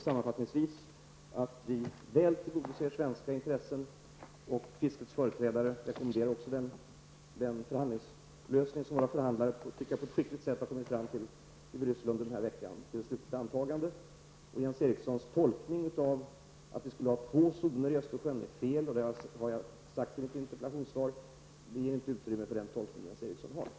Sammanfattningsvis menar jag att regeringen väl tillgodoser svenska intressen. Fiskets företrädare rekommenderar också den förhandlingslösning som våra förhandlare i Bryssel på ett skickligt sätt har kommit fram till för slutligt antagande denna vecka. Jens Erikssons tolkning att det skulle vara två zoner i Östersjön är felaktig, vilket jag också sagt i mitt interpellationssvar. Överenskommelsen ger inte utrymme för Jens Erikssons tolkning.